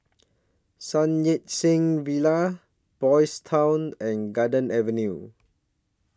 Sun Yat Sen Villa Boys' Town and Garden Avenue